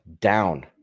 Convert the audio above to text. down